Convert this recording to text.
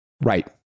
right